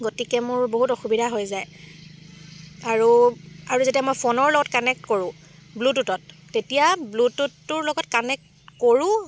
গতিকে মোৰ বহুত অসুবিধা হৈ যায় আৰু আৰু যেতিয়া মই ফোনৰ লগত কানেক্ট কৰোঁ ব্লুটুথত তেতিয়া ব্লুটুথটোৰ লগত কানেক্ট কৰোঁ